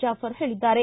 ಜಾಫರ್ ಹೇಳಿದ್ದಾರೆ